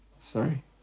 Sorry